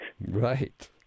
right